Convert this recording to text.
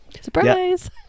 Surprise